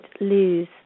lose